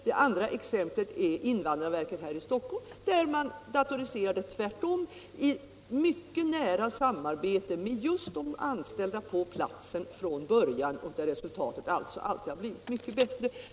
Det andra är invandrarverket där man tvärtom datoriserade i mycket nära samarbete med de anställda från början, och där resultatet blev mycket bättre.